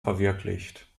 verwirklicht